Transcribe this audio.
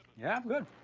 yeah, good.